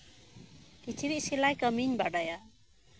ᱠᱤᱪᱨᱤᱪ ᱥᱮᱞᱟᱭ ᱠᱟ ᱢᱤᱧ ᱵᱟᱲᱟᱭᱟ